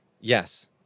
Yes